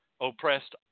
oppressed